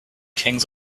kings